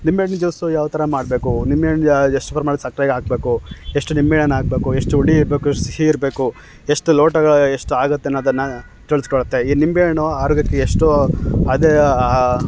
ನಿಂಬೆಹಣ್ಣಿನ ಜ್ಯೂಸು ಯಾವ ಥರ ಮಾಡಬೇಕು ನಿಂಬೆಹಣ್ಣಿಂದು ಎಷ್ಟು ಪ್ರಮಾಣದ ಸಕ್ಕರೆ ಹಾಕ್ಬೇಕು ಎಷ್ಟು ನಿಂಬೆಹಣ್ಣನ್ನು ಹಾಕ್ಬೇಕು ಎಷ್ಟು ಹುಳಿ ಇರಬೇಕು ಎಷ್ಟು ಸಿಹಿ ಇರಬೇಕು ಎಷ್ಟು ಲೋಟಗಳು ಎಷ್ಟಾಗುತ್ತೆ ಅನ್ನೋದನ್ನು ತಿಳಿಸ್ಕೊಡುತ್ತೆ ಈ ನಿಂಬೆಹಣ್ಣು ಆರೋಗ್ಯಕ್ಕೆ ಎಷ್ಟೋ ಅದೆಯ